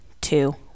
two